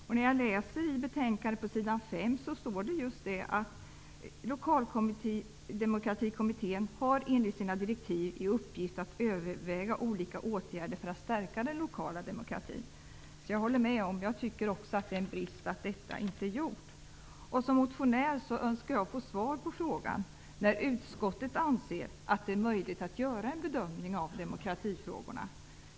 Det står på s. 5 i betänkandet att Lokaldemokratikommittén enligt direktiven har i uppgift att överväga olika åtgärder för att stärka den lokala demokratin. Jag håller med artikelförfattaren att det är en brist att detta inte gjorts. Som motionär vill jag ha svar på frågan när utskottet anser att det är möjligt att göra en bedömning av demokratifrågorna.